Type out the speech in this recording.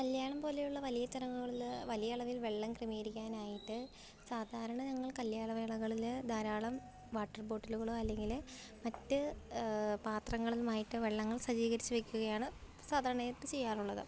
കല്ല്യാണം പോലെയുള്ള വലിയ ചടങ്ങുകളിൽ വലിയ അളവിൽ വെള്ളം ക്രമീകരിക്കാനായിട്ട് സാധാരണ ഞങ്ങൾ കല്ല്യാണവേളകളിൽ ധാരാളം വാട്ടർ ബോട്ടിലുകളോ അല്ലെങ്കിൽ മറ്റ് പാത്രങ്ങളുമായിട്ട് വെള്ളങ്ങൾ സജ്ജീകരിച്ചു വെക്കുകയാണ് സാധാരണയായിട്ട് ചെയ്യാറുള്ളത്